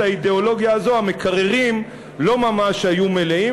האידיאולוגיה הזאת המקררים לא ממש היו מלאים.